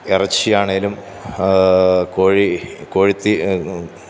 ഇറച്ചി ആണേലും കോഴി കോഴിത്തീറ്റ